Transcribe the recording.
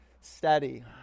Steady